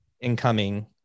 incoming